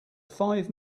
five